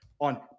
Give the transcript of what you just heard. on